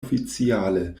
oficiale